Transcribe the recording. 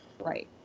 Right